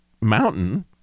mountain